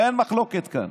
הרי אין מחלוקת כאן,